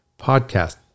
podcast